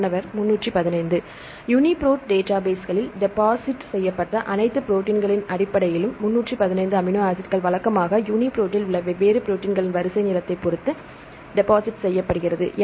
மாணவர் 3 1 5 யூனிபிரோட் டேட்டாபேஸில் டெபாசிட் செய்யப்பட்ட அனைத்து ப்ரோடீன்களின் அடிப்படையிலும் 315 அமினோ ஆசிட்கள் வழக்கமாக யூனிபிரோட்டில் உள்ள வெவ்வேறு ப்ரோடீன்களின் வரிசை நீளத்தைப் பொறுத்து டெபாசிட் செய்யப்படுகிறது